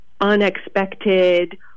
unexpected